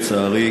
לצערי,